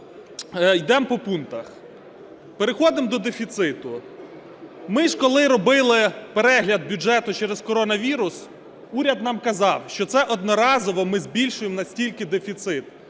йдемо по пунктах. Переходимо до дефіциту. Ми ж, коли робили перегляд бюджету через коронавірус, уряд нам казав, що це одноразово ми збільшуємо на стільки дефіцит,